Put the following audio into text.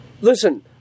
Listen